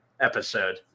episode